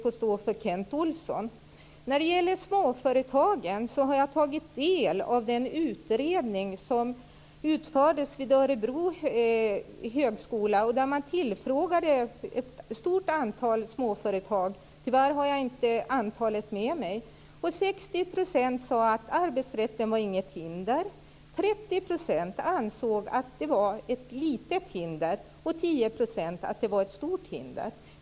Jag har tagit del av den utredning som utfördes vid Örebro högskola, och där ett stort antal småföretagare utfrågades. Tyvärr har jag inte antalet med mig. 60 % sade att arbetsrätten inte var något hinder. 30 % ansåg att den var ett litet hinder, och 10 % att den var ett stort hinder.